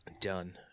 Done